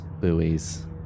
buoys